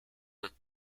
with